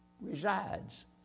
resides